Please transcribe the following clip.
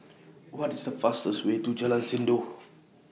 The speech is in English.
What IS The fastest Way to Jalan Sindor